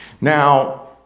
Now